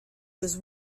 was